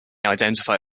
identify